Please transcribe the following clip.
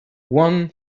one